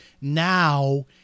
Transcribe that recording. now